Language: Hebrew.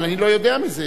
אבל אני לא יודע מזה.